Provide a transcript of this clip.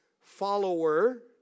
follower